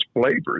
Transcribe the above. flavors